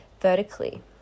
vertically